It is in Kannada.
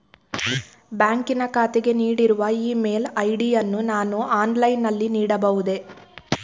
ಬ್ಯಾಂಕಿನ ಖಾತೆಗೆ ನೀಡಿರುವ ಇ ಮೇಲ್ ಐ.ಡಿ ಯನ್ನು ನಾನು ಆನ್ಲೈನ್ ನಲ್ಲಿ ನೀಡಬಹುದೇ?